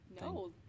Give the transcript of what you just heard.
No